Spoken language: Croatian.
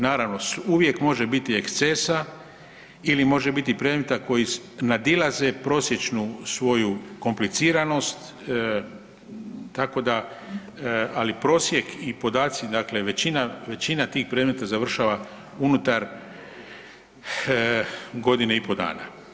Naravno uvijek može biti ekscesa ili može biti predmeta koji nadilaze prosječnu svoju kompliciranost tako da ali prosjek i podaci dakle većina tih predmeta završava unutar godine i pol dana.